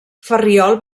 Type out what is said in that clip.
ferriol